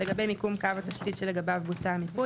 לגבי מיקום קו התשתית שלגביו בוצע המיפוי,